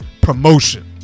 promotion